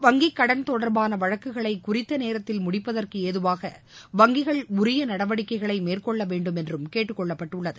வங்கிக் கடன் தொடர்பான வழக்குகளை குறித்த நேரத்தில் முடிப்பதற்கு ஏதுவாக வங்கிகள் உரிய நடவடிக்கைகள் மேற்கொள்ள வேண்டும் என்றும் கேட்டுக் கொள்ளப்பட்டுள்ளது